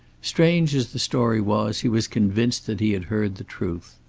strange as the story was, he was convinced that he had heard the truth.